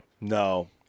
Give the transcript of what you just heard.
No